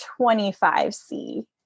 25C